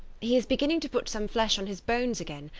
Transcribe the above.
he is beginning to put some flesh on his bones again,